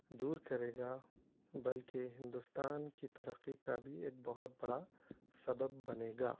دور کرے گا بلکہ ہندوستان کی ترقی کا بھی ایک بہت بڑا سبب بنے گا